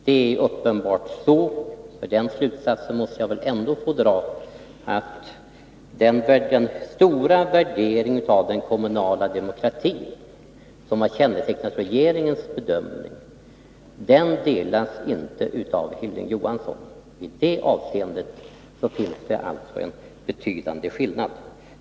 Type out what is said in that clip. Det är uppenbart så — för den slutsatsen måste jag väl ändå få dra — att den höga värdering av den kommunala demokratin som har kännetecknat regeringens bedömning inte delas av Hilding Johansson. I det avseendet finns det alltså en betydande skillnad.